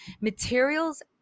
Materials